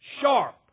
Sharp